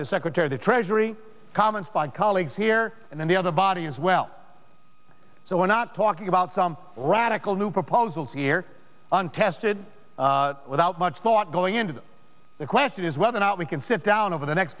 the secretary of treasury comments by colleagues here and then the other body as well so we're not talking about some radical new proposals here untested without much thought going into the question is whether or not we can sit down over the next